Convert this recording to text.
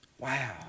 Wow